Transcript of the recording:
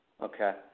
Okay